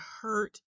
hurt